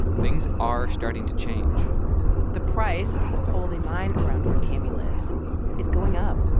things are starting to change the price of the coal they mine around where tammy lives is going up.